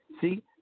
see